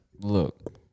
Look